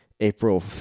April